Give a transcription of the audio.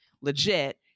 legit